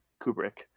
Kubrick